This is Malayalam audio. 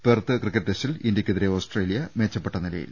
പെർത്ത് ക്രിക്കറ്റ് ടെസ്റ്റിൽ ഇന്ത്യക്കെതിരെ ഓസ്ട്രേലിയ മെച്ച പ്പെട്ട നിലയിൽ